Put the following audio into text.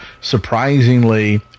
surprisingly